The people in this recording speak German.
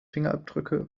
fingerabdrücke